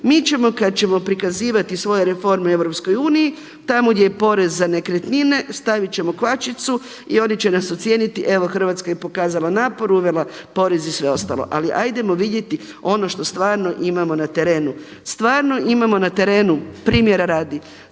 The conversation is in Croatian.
Mi ćemo kad ćemo prikazivati svoje reforme EU tamo gdje je porez za nekretnine, stavit ćemo kvačicu i oni će nas ocijeniti evo Hrvatska je pokazala napor, uvela porez i sve ostalo. Ali ajdemo vidjeti ono što stvarno imamo na terenu, stvarno imamo na terenu primjera radi